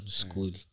school